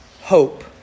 Hope